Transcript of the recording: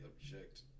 object